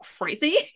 crazy